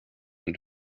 and